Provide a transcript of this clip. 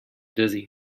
dizzy